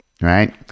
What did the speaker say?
right